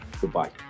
goodbye